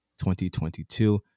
2022